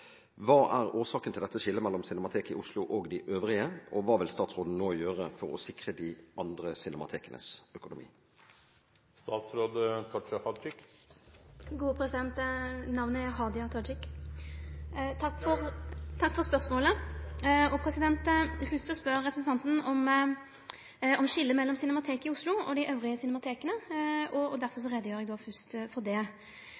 Hva er årsaken til dette skillet mellom Cinemateket i Oslo og de øvrige, og hva vil statsråden nå gjøre for å sikre de andre cinematekenes økonomi?» Takk for spørsmålet. Fyrst spør representanten om skiljet mellom Cinemateket i Oslo og dei andre cinemateka, og derfor gjer eg fyrst greie for det. Cinemateket i Oslo er ein del av Norsk filminstitutt og vert derfor